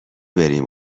بریم